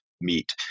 meet